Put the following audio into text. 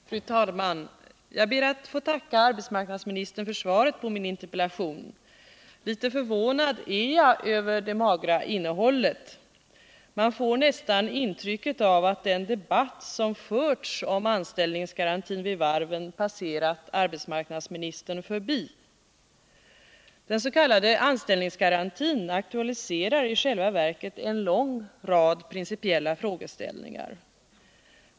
Fru talman! Jag ber att få tacka arbetsmarknadsministern för svaret på min interpellation. Litet förvånad är jag över det magra innehållet. Man får nästan intrycket av att den debatt som förts om anställningsgarantin vid varven passerat arbetsmarknadsministern förbi. Den s.k. anställningsgarantin aktualiserar i själva verket en lång rad principiella frågeställningar.